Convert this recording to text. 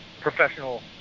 professional